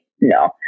No